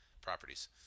properties